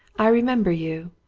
i remember you.